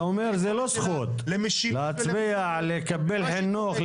אתה אומר שזאת לא זכות, להצביע, לקבל חינוך.